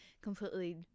completely